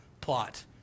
plot